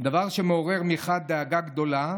דבר שמעורר מחד דאגה גדולה,